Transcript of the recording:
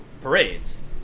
parades